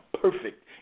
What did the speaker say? perfect